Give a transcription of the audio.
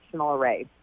array